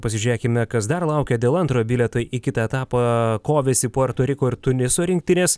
pasižiūrėkime kas dar laukia dėl antrojo bilieto į kitą etapą kovėsi puerto riko ir tuniso rinktinės